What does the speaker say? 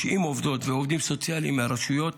90 עובדות ועובדים סוציאליים מהרשויות